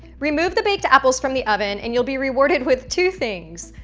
remove the baked apples from the oven, and you'll be rewarded with two things,